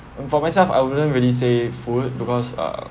um for myself I wouldn't really say food because uh